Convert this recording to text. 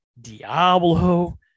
Diablo